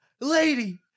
lady